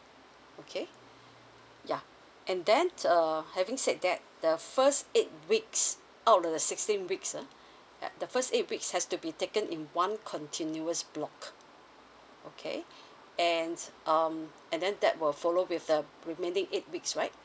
okay ya and then err having said that the first eight weeks out of the sixteen weeks ah ya the first eight weeks has to be taken in one continuous block okay and um and then that will follow with the remaining eight weeks right